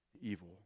evil